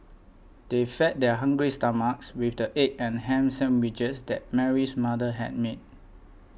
they fed their hungry stomachs with the egg and ham sandwiches that Mary's mother had made